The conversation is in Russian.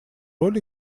роль